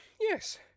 Yes